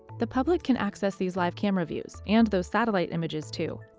the public can access these live camera views and those satellite images, too.